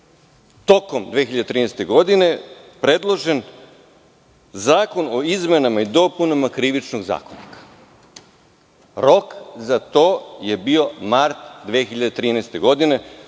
tokom 2013. godine od strane Vlade predložen zakon o izmenama i dopunama Krivičnog zakonika. Rok za to je bio mart 2013. godine.